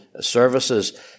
services